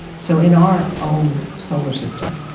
so in our own solar system,